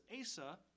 Asa